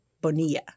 Bonilla